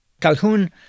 Calhoun